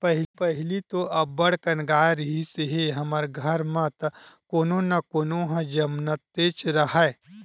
पहिली तो अब्बड़ अकन गाय रिहिस हे हमर घर म त कोनो न कोनो ह जमनतेच राहय